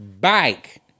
bike